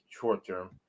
short-term